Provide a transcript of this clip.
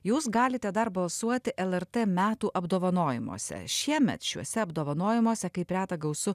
jūs galite dar balsuoti lrt metų apdovanojimuose šiemet šiuose apdovanojimuose kaip reta gausu